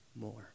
more